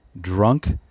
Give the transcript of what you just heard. Drunk